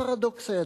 הפרדוקס הידוע.